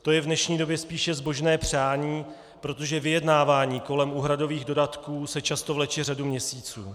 To je v dnešní době spíše zbožné přání, protože vyjednávání kolem úhradových dodatků se často vleče řadu měsíců.